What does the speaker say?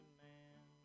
man